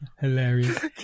Hilarious